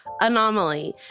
Anomaly